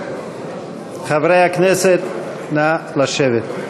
חברי הכנסת, נא לשבת.